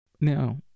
Now